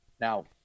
Now